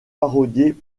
parolier